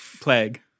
plague